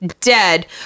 dead